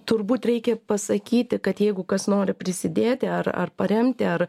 turbūt reikia pasakyti kad jeigu kas nori prisidėti ar ar paremti ar